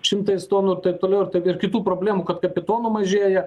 šimtais tonų taip toliau ir taip ir kitų problemų kad kapitonų mažėja